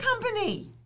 Company